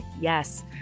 yes